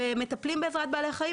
מטפלים בעזרת בעלי חיים,